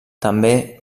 també